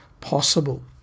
possible